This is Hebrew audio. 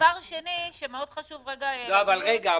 דבר שני שמאוד חשוב רגע --- לא, אבל רגע.